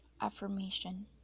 affirmation